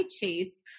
Chase